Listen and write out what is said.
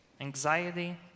Anxiety